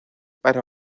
para